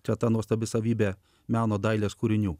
čia ta nuostabi savybė meno dailės kūrinių